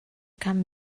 kamen